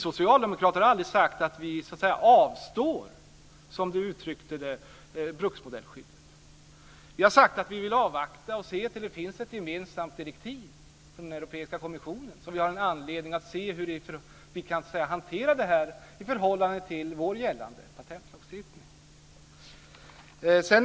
Vi socialdemokrater har aldrig sagt att vi avstår - som Henrik S Järrel uttryckte det - från bruksmodellskyddet. Vi har sagt att vi vill avvakta tills det finns ett gemensamt direktiv från den europeiska kommissionen. Då kan vi se hur vi ska hantera detta i förhållande till den svenska patentlagstiftningen.